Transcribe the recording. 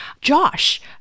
Josh